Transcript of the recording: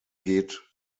geht